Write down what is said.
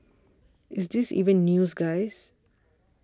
is this even news guy